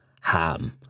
ham